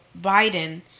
Biden